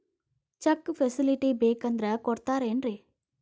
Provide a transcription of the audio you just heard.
Check facility ಬೇಕಂದ್ರ ಕೊಡ್ತಾರೇನ್ರಿ?